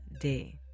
day